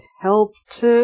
Helped